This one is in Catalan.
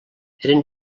eren